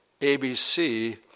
ABC